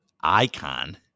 Icon